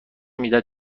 میدهد